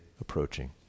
approaching